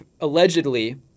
Allegedly